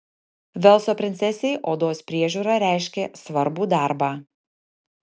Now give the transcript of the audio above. velso princesei odos priežiūra reiškė svarbų darbą